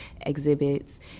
exhibits